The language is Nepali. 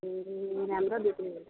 ए राम्रो बिक्री हुन्छ